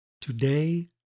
Today